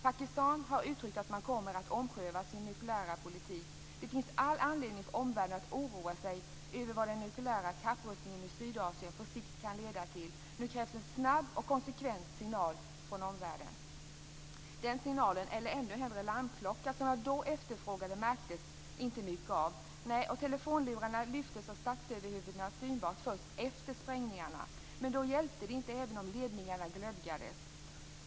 Pakistan har uttalat att man kan komma att ompröva sin nukleära politik. Det finns all anledning för omvärlden att oroa sig över vad en nukleär kapprustning i Sydasien på sikt kan leda till. Nu krävs en snabb och konsekvent signal från omvärlden". Den signal eller snarare den larmklocka som jag då efterfrågade märkte jag inte av. Telefonlurarna lyftes av statsöverhuvudena synbarligen först efter sprängningarna, men då hjälpte det inte, även om ledningarna glödgades.